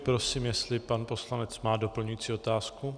Prosím, jestli pan poslanec má doplňující otázku.